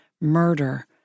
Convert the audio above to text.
murder